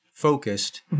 Focused